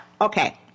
Okay